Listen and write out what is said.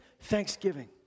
thanksgiving